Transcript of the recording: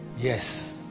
yes